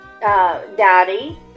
daddy